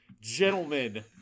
Gentlemen